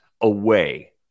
away